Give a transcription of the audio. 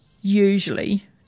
usually